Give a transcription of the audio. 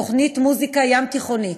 תוכנית מוזיקה ים תיכונית,